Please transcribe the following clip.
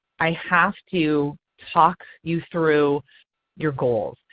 i have to talk you through your goals.